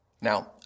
Now